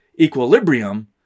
equilibrium